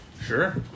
Sure